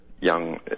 young